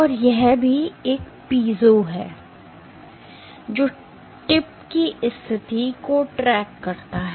और यह भी एक पीजो है जो टिप की स्थिति को ट्रैक करता है